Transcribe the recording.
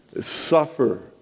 suffer